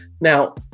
Now